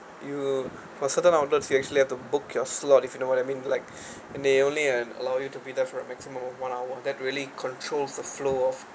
you for certain outlets you actually have to book your slot if you know what I mean like and they only and allow you to be there for a maximum of one hour that really controls the flow of